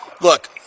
look